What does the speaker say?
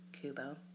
Kubo